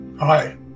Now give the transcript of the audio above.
Hi